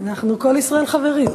אנחנו כל ישראל חברים.